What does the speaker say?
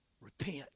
Repent